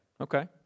Okay